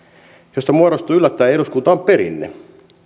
josta muodostui yllättäen eduskuntaan perinne